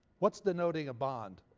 what's denoting a bond?